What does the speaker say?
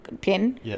pin